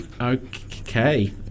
Okay